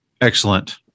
Excellent